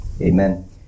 Amen